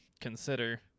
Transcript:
consider